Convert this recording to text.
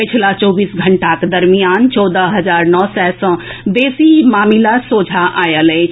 पछिला चौबीस घंटाक दरमियान चौदह हजार नओ सय सॅ बेसी मामिला सोझा आयल अछि